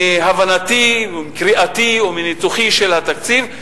מהבנתי ומקריאתי ומניתוחי את התקציב,